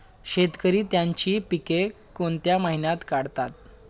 शेतकरी त्यांची पीके कोणत्या महिन्यात काढतात?